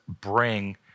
bring